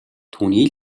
түүний